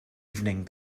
evening